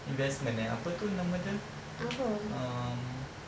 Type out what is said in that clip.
investment eh apa tu namanya um